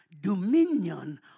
dominion